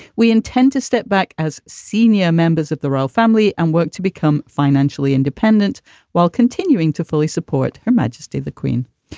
we intend to step back as senior members of the royal family and work to become financially independent while continuing to fully support her majesty the queen.